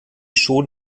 schon